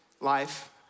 life